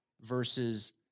versus